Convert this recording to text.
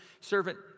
servant